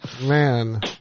Man